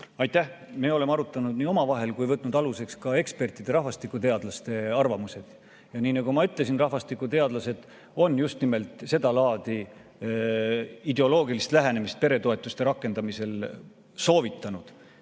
Aitäh! Me oleme arutanud nii omavahel kui ka võtnud aluseks ekspertide-rahvastikuteadlaste arvamused. Ja nii nagu ma ütlesin, rahvastikuteadlased on just nimelt sedalaadi ideoloogilist lähenemist peretoetuste rakendamisel soovitanud.